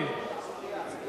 אני